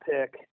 pick